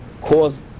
cause